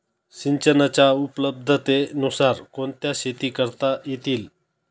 सिंचनाच्या उपलब्धतेनुसार कोणत्या शेती करता येतील?